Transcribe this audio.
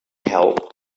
help